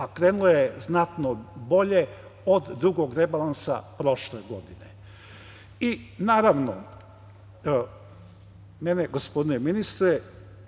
a krenulo je znatno bolje od drugog rebalansa prošle godine. Naravno, mene, gospodine ministre,